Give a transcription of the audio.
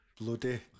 bloody